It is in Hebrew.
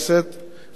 חברי ממשלת ישראל,